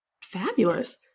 fabulous